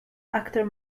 actor